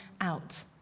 out